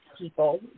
people